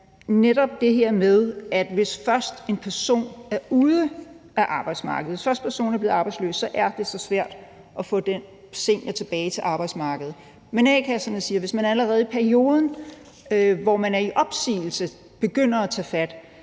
netop det her med, at hvis først en person er ude af arbejdsmarkedet og altså er blevet arbejdsløs, så er det så svært at få den senior tilbage på arbejdsmarkedet. Men a-kasserne siger, at hvis man allerede i den periode, hvor man er i opsigelse, begynder at tage fat